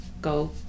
go